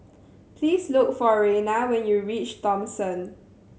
please look for Reina when you reach Thomson